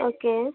okay